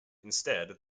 instead